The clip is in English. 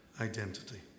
identity